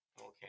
okay